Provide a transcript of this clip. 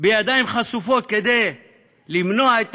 בידיים חשופות כדי למנוע את